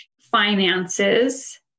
finances